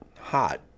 hot